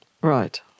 Right